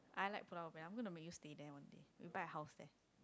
I like Pulau-Ubin I'm gonna make you stay there one day we buy a house there